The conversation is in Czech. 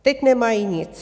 Teď nemají nic.